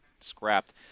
scrapped